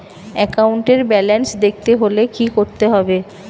একাউন্টের ব্যালান্স দেখতে হলে কি করতে হবে?